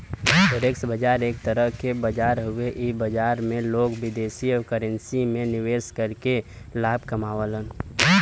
forex बाजार एक तरह क बाजार हउवे इ बाजार में लोग विदेशी करेंसी में निवेश करके लाभ कमावलन